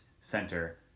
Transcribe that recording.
center